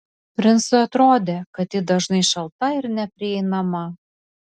princui atrodė kad ji dažnai šalta ir neprieinama